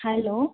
hello